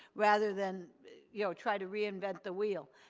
rather than you know try to reinvent the wheel.